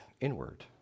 inward